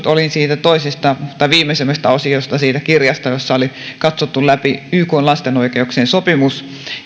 olin siitä viimeisimmästä osiosta siitä kirjasta jossa oli katsottu läpi ykn lasten oikeuksien sopimus